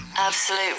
Absolute